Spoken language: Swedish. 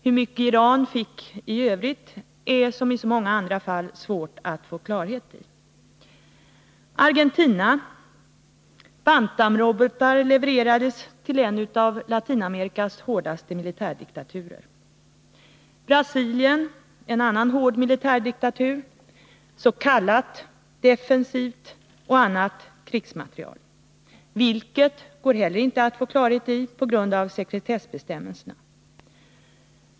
Hur mycket Iran fick i övrigt är, som i så många andra fall, svårt att få klarhet i. Brasilien — en annan hård militärdiktatur: s.k. defensiv och annan krigsmateriel, vilken går inte att få klarhet i på grund av sekretessbestämmelserna.